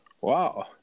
wow